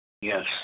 Yes